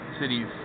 Cities